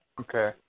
Okay